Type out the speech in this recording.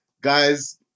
guys